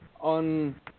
on